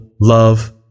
love